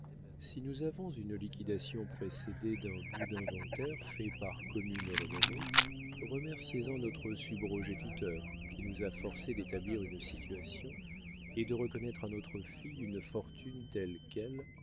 si nous avons une liquidation précédée d'un bout d'inventaire fait par commune renommée remerciez en notre subrogé-tuteur qui nous a forcée d'établir une situation et de reconnaître à notre fille une fortune telle quelle